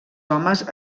homes